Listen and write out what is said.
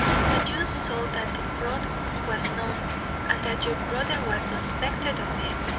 when you saw that the fraud was known and that your brother was suspected of it